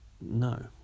no